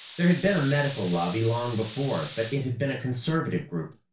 there had been a medical lobby long before, but it had been a conservative group,